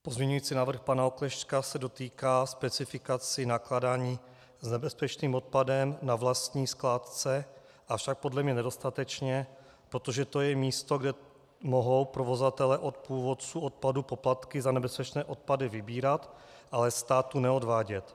Pozměňovací návrh pana Oklešťka se dotýká specifikace nakládání s nebezpečným odpadem na vlastní skládce, avšak podle mne nedostatečně, protože to je místo, kde mohou provozovatelé od původců odpadu poplatky za nebezpečné odpady vybírat, ale státu neodvádět.